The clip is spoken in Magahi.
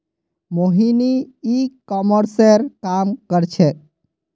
मोहिनी ई कॉमर्सेर काम कर छेक्